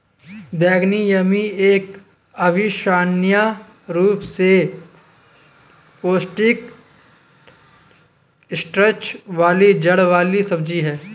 बैंगनी यामी एक अविश्वसनीय रूप से पौष्टिक स्टार्च वाली जड़ वाली सब्जी है